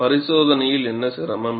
பரிசோதனையில் என்ன சிரமம்